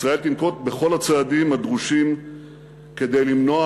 ישראל תנקוט את כל הצעדים הדרושים כדי למנוע